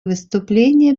выступление